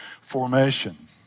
formation